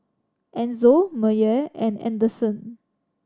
Enzo Meyer and Anderson